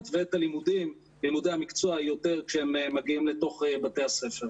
ואת לימודי המקצוע יותר כשהם מגיעים לתוך בתי הספר.